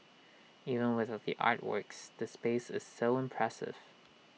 even without the artworks the space is so impressive